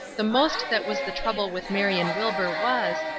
the most that was the trouble with marion wilbur was,